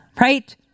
right